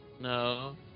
No